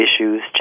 issues